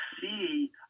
see